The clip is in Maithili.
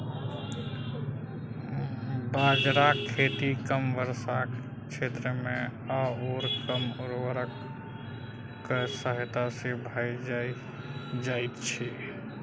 बाजराक खेती कम वर्षाक क्षेत्रमे आओर कम उर्वरकक सहायता सँ भए जाइत छै